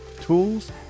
tools